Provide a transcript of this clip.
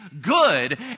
good